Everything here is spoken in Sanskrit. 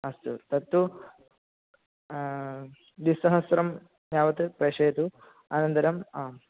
अस्तु तत्तु द्विसहस्रं यावत् प्रेषयतु अनन्तरम् आम्